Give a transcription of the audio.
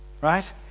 right